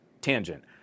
Tangent